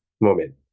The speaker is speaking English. moment